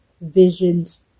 visions